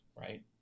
Right